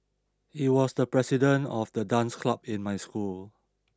he was the president of the dance club in my school